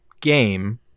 game